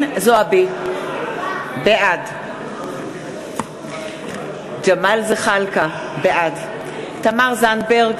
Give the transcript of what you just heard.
בעד ג'מאל זחאלקה, בעד תמר זנדברג,